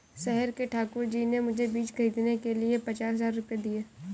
शहर के ठाकुर जी ने मुझे बीज खरीदने के लिए पचास हज़ार रूपये दिए